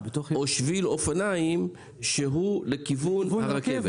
או שביל אופניים שהוא לכיוון הרכבת?